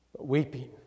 Weeping